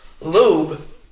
Lube